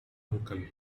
uncle